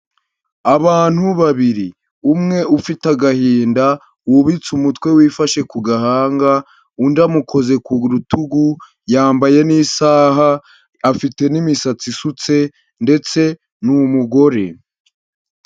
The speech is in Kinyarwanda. Abantu babiri umwe ufite agahinda wubitse umutwe wifashe ku gahanga, undi amukoze ku rutugu yambaye n'isaha afite n'imisatsi isutse ndetse ni umugore.